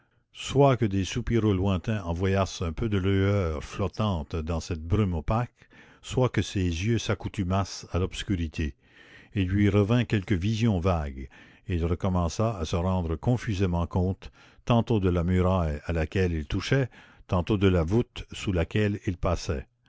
soit que des soupiraux lointains envoyassent un peu de lueur flottante dans cette brume opaque soit que ses yeux s'accoutumassent à l'obscurité il lui revint quelque vision vague et il recommença à se rendre confusément compte tantôt de la muraille à laquelle il touchait tantôt de la voûte sous laquelle il passait